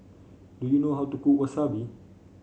do you know how to cook Wasabi